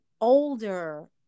older